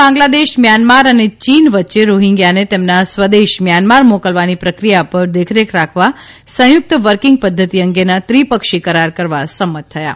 Bangladesh Myanmar અને ચીન વચ્ચે રોહિંગ્યાને તેમના સ્વદેશ મ્યાંમાર મોકલવાની પ્રક્રિયા પર દેખરેખ રાખવા સંયુકત વર્કિંગ પદ્ધતિ અંગેના ત્રીપક્ષી કરાર કરવા સંમત થયા છે